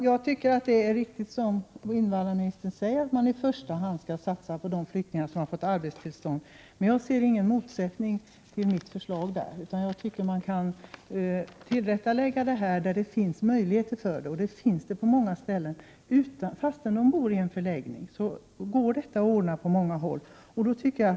Herr talman! Jag anser att det som invandrarministern säger är riktigt, att man i första hand skall satsa på de flyktingar som har fått arbetstillstånd. Där ser jag ingen motsättning till mitt förslag. Men man borde kunna lägga till rätta där det finns möjligheter, vilket det gör på många ställen. Trots att man bor i en förläggning, går detta att ordna på många håll.